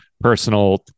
personal